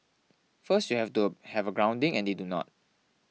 first you have to have a grounding and they do not